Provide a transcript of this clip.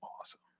awesome